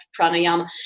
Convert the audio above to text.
pranayama